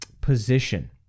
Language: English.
position